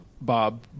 Bob